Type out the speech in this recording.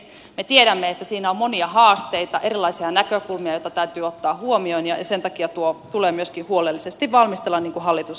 me tiedämme että siinä on monia haasteita erilaisia näkökulmia joita täytyy ottaa huomioon ja sen takia tuo tulee myöskin huolellisesti valmistella niin kuin hallitus on tekemässä